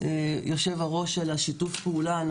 יושב ראש הוועדה, על שיתוף הפעולה.